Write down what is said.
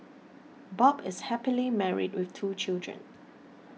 Bob is happily married with two children